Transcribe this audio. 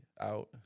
out